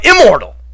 immortal